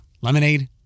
Lemonade